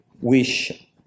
wish